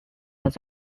was